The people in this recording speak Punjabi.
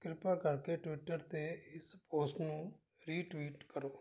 ਕਿਰਪਾ ਕਰਕੇ ਟਵਿੱਟਰ 'ਤੇ ਇਸ ਪੋਸਟ ਨੂੰ ਰੀਟਵੀਟ ਕਰੋ